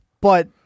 But-